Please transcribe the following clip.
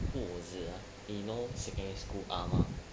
who was it ah eh you know secondary school amma